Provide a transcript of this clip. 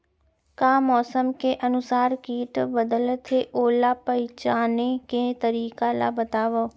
का मौसम के अनुसार किट बदलथे, ओला पहिचाने के तरीका ला बतावव?